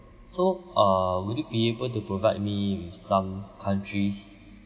so uh would you be able to provide me with some countries